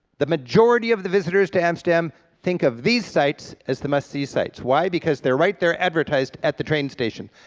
the majority of the visitors to amsterdam think of these sites as the must-see sights, why? because they're right there, advertised at the train station,